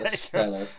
stellar